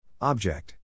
Object